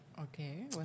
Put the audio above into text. Okay